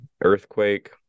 Earthquake